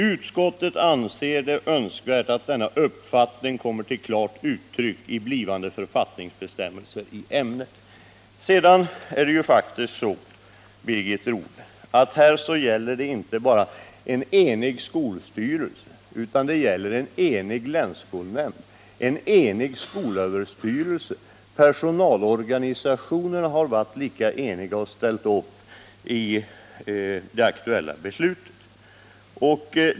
Utskottet anser det önskvärt, att denna uppfattning kommer till klart uttryck i blivande författningsbestämmelser i ämnet.” Sedan är det faktiskt så, Birgit Rodhe, att här gäller det inte bara en enig skolstyrelse, utan det gäller en enig länsskolnämnd och en enig skolöverstyrelse. Personalorganisationerna har varit lika eniga och ställt upp i det aktuella beslutet.